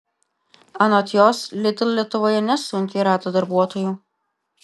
anot jos lidl lietuvoje nesunkiai rado darbuotojų